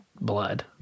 blood